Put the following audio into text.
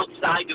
outside